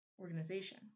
organization